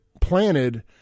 planted